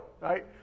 right